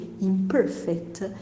imperfect